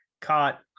caught